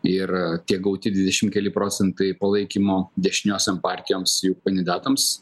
ir tie gauti dvidešim keli procentai palaikymo dešiniosiom partijoms jų kandidatams